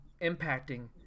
impacting